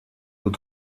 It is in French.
aux